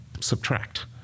subtract